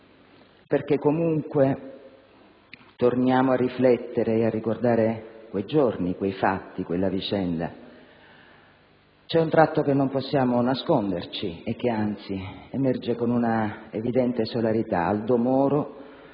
perché comunque torniamo a riflettere e a ricordare quei giorni, quei fatti, quella vicenda. C'è un tratto che non possiamo nasconderci e che anzi emerge con una evidente solarità: Aldo Moro